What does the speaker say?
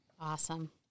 Awesome